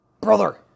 Brother